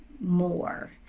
more